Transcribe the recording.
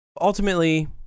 ultimately